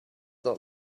not